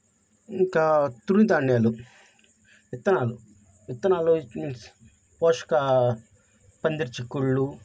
ఇంకా తృణ ధాన్యాలు విత్తనాలు విత్తనాలు పోషక పందిరి చిక్కుళ్ళు